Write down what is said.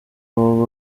baba